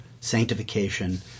sanctification